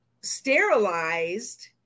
sterilized